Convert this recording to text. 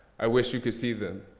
i wish you could see them.